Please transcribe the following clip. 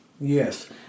yes